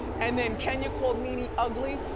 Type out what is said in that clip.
and then kenya called nene ugly.